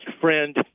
friend